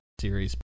series